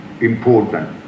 important